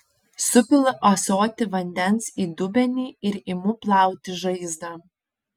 supilu ąsotį vandens į dubenį ir imu plauti žaizdą